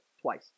twice